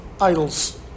idols